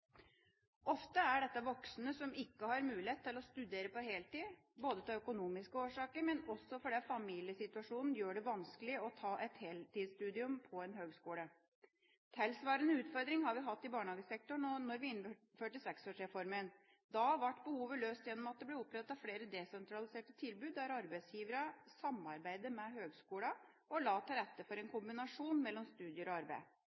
Ofte er dette voksne som ikke har mulighet til å studere på heltid, ikke bare av økonomiske årsaker, men også fordi familiesituasjonen gjør det vanskelig å ta et heltidsstudium på en høgskole. Tilsvarende utfordring har vi hatt i barnehagesektoren og da vi innførte 6-årsreformen. Da ble behovet løst gjennom at det ble opprettet flere desentraliserte tilbud, der arbeidsgiverne samarbeidet med høgskolene og la til rette for en kombinasjon av studier og arbeid.